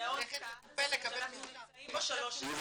מאוד קל שאנחנו נמצאים בו שלוש שנים -- יובל,